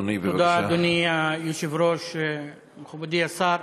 אדוני היושב-ראש, תודה, מכובדי השר,